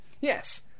Yes